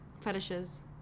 Fetishes